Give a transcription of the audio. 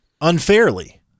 unfairly